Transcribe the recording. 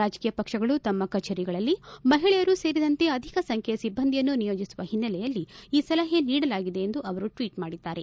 ರಾಜಕೀಯ ಪಕ್ಷಗಳು ತಮ್ಮ ಕಛೇರಿಗಳಲ್ಲಿ ಮಹಿಳೆಯರೂ ಸೇರಿದಂತೆ ಅಧಿಕ ಸಂಖ್ಯೆಯ ಸಿಬ್ಬಂದಿಯನ್ನು ನಿಯೋಜಿಸುವ ಹಿನ್ನೆಲೆಯಲ್ಲಿ ಈ ಸಲಹೆ ನೀಡಲಾಗಿದೆ ಎಂದು ಅವರು ಟ್ವೀಟ್ ಮಾಡಿದ್ದಾರೆ